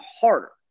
harder